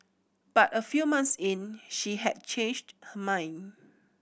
but a few months in she had changed her mind